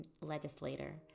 legislator